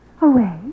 Away